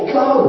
go